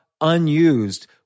unused